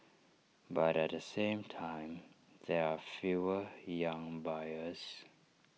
but at the same time there are fewer young buyers